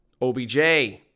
OBJ